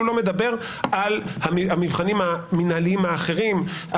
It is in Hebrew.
לא מדבר על המבחנים המינהליים האחרים,